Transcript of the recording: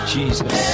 Jesus